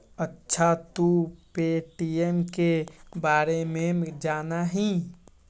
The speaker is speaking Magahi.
अच्छा तू पे.टी.एम के बारे में जाना हीं?